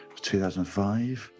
2005